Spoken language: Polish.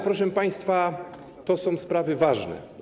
Proszę państwa, to są sprawy ważne.